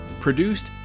produced